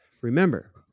Remember